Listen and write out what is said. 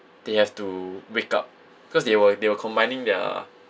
they have to wake up cause they were they were combining their